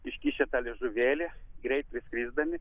iškišę liežuvėlį greit priskrisdami